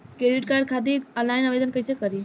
Credit card खातिर online आवेदन कइसे करि?